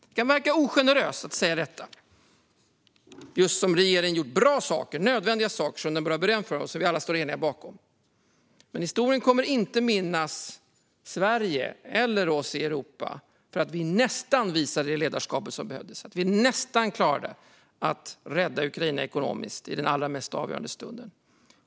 Det kan verka ogeneröst att säga detta just som regeringen har gjort bra, nödvändiga saker som den bör ha beröm för och som vi alla står eniga bakom. Men historien kommer inte att minnas Sverige eller oss i Europa för att vi nästan visade det ledarskap som behövdes, för att vi nästan klarade att rädda Ukraina ekonomiskt i den allra mest avgörande stunden.